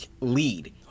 lead